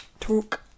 talk